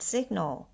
Signal